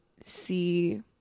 see